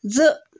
زٕ